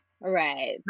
right